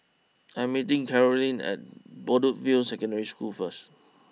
I am meeting Caroline at Bedok view Secondary School first